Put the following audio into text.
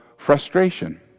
frustration